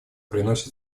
приносят